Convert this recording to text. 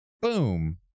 Boom